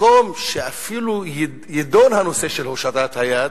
במקום שאפילו יידון הנושא של הושטת היד,